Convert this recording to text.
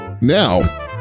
Now